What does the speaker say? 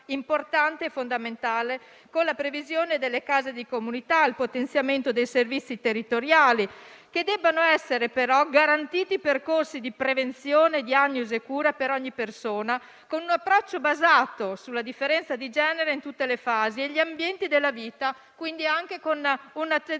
importanti e fondamentali - con la previsione delle case di comunità e il potenziamento dei servizi territoriali. Devono essere garantiti percorsi di prevenzione, diagnosi e cura per ogni persona, con un approccio basato sulla differenza di genere in tutte le fasi e gli ambienti della vita, quindi anche con un atteggiamento